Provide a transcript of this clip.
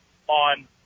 on